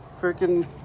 Freaking